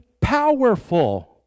powerful